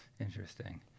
Interesting